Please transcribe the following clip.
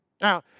Now